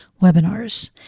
webinars